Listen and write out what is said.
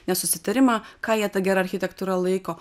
nesusitarimą ką jie ta gera architektūra laiko